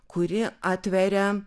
kuri atveria